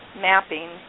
mapping